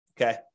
Okay